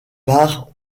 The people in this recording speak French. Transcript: part